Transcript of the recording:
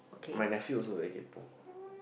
my nephew also very kaypo